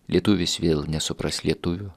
lietuvis vėl nesupras lietuvio